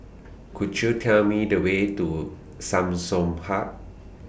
Could YOU Tell Me The Way to Samsung Hub